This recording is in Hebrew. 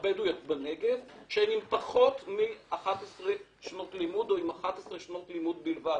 הבדואיות בנגב שהן עם 11 שנות לימוד או עם 11 שנות לימוד בלבד.